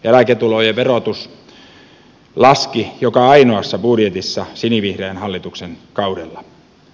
eläketulojen verotus laski joka ainoassa budjetissa sinivihreän hallituksen kaudella